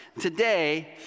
Today